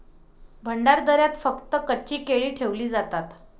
भंडारदऱ्यात फक्त कच्ची केळी ठेवली जातात